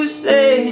stay